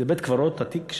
זה בית-קברות עתיק,